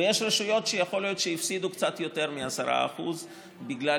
ויש רשויות שיכול להיות שהפסידו קצת יותר מ-10% בגלל